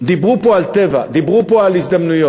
דיברו פה על "טבע", דיברו פה על הזדמנויות.